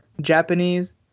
japanese